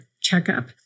checkup